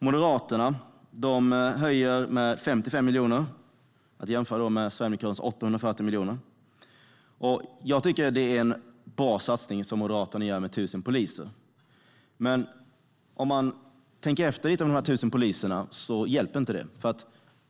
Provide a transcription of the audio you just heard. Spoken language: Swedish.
Moderaterna höjer anslagen med 55 miljoner. Detta ska jämföras med Sverigedemokraternas 840 miljoner. Jag tycker att det är en bra satsning som Moderaterna gör med 1 000 poliser. Men om man tänker efter lite hjälper inte dessa 1 000 poliser.